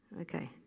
Okay